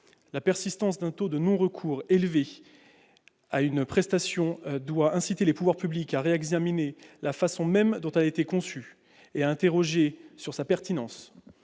La persistance d'un taux élevé de non-recours à une prestation doit inciter les pouvoirs publics à réexaminer la façon même dont elle a été conçue et à s'interroger sur sa pertinence.